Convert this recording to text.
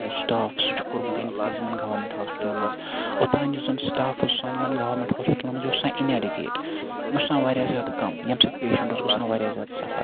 staff سُہ چھُکھ کوٚرمُت اِنکریٖز یِمَن گَوَمیٚنٹ ہوسپِٹَلَن مَنٛز اوٚتانۍ یُس زَن سٹاف اوس سانٮ۪ن یِمَن گَوَمیٚنٹ ہوسپِٹَلَن مَنٛز یہِ اوس آسان اِن ایٚڈکیت یہِ اوس آسان واریاہ زیادٕ کَم ییٚمہِ سۭتۍ پیشَنٛٹ اوس گَژھان واریاہ زیادٕ سَفَر